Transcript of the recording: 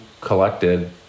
collected